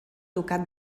ducat